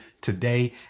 today